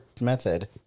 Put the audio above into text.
method